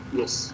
yes